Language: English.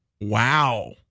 Wow